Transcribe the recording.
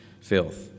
filth